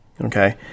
Okay